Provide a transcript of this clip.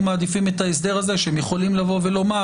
מעדיפים את ההסדר הזה שהם יכולים לבוא ולומר: